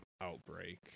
Outbreak